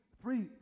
Three